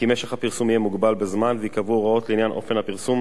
משך הפרסום יהיה מוגבל בזמן וייקבעו הוראות לעניין אופן הפרסום